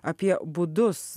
apie būdus